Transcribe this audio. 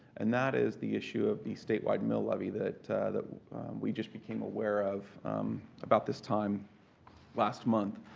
and that is the issue of the statewide mill levy that that we just became aware of about this time last month.